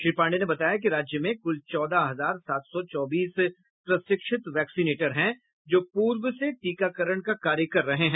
श्री पांडेय ने बताया कि राज्य में कुल चौदह हजार सात सौ चौबीस प्रशिक्षित वैक्सीनेटर हैं जो पूर्व से टीकाकरण का कार्य कर रहे हैं